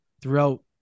throughout